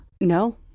No